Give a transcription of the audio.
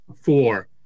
four